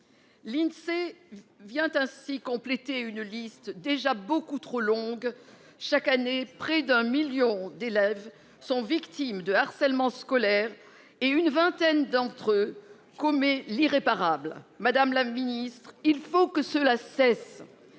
L'Insee vient ainsi compléter une liste déjà beaucoup trop longue. Chaque année près d'un million d'élèves sont victimes de harcèlement scolaire et une vingtaine d'entre eux commet l'irréparable. Madame la Ministre, il faut que cela cesse.